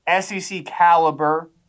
SEC-caliber